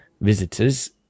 visitors